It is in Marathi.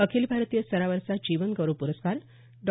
अखिल भारतीय स्तरावरचा जीवनगौरव प्रस्कार डॉ